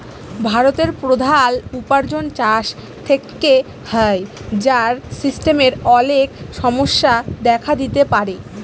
ভারতের প্রধাল উপার্জন চাষ থেক্যে হ্যয়, যার সিস্টেমের অলেক সমস্যা দেখা দিতে পারে